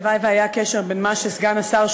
הלוואי שהיה קשר בין מה שסגן השר,